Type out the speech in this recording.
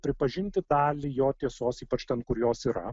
pripažinti dalį jo tiesos ypač ten kur jos yra